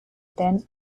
then